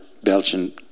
Belgian